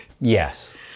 Yes